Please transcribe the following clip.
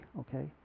okay